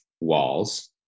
walls